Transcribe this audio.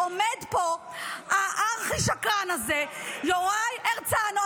עומד פה הארכי-שקרן הזה יוראי הרצנו,